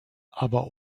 aber